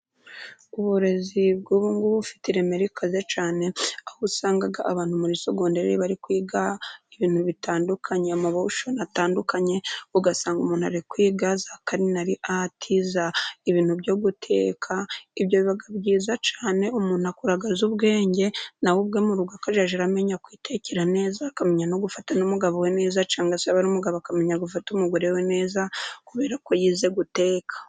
Uburezi bw'ubungubu bufite ireme rikaze cyane, aho usanga abantu muri sogondere bari kwiga ibintu bitandukanye, amaboshoni atandukanye ugasanga umuntu ari kwiga za karinari ati, ibintu byo guteka, ibyo biba byiza cyane umuntu akura azi ubwenge, nawe urwe rugo akazajya amenya kwitekera neza akamenya no gufata n'umugabo we neza, cyangwa yaba aba ari umugabo abakamenya gufata umugore we neza, kubera ko yize guteka.